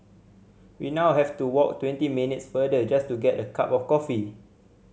we now have to walk twenty minutes farther just to get a cup of coffee